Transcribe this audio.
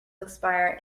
expire